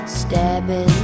stabbing